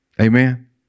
amen